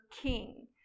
king